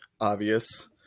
Obvious